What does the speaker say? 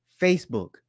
Facebook